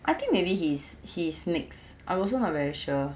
I think maybe he is he is mixed I also not very sure